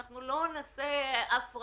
"אנחנו לא נעשה הפרדה".